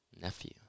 nephew